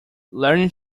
learning